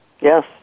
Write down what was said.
Yes